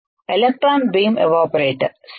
electron beam evaporator సరే